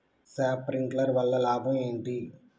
Sprinkler వల్ల లాభం ఏంటి?